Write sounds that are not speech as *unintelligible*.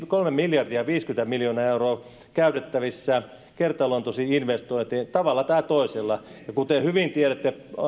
*unintelligible* kolme miljardia viisikymmentä miljoonaa euroa käytettävissä kertaluontoisiin investointeihin tavalla tai toisella kuten hyvin tiedätte